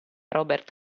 robert